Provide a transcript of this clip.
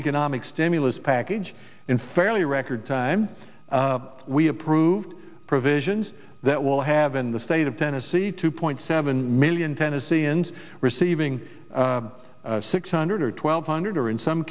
economic stimulus package in fairly record time we approved provisions that will have in the state of tennessee two point seven million tennesseans receiving six hundred twelve hundred or in some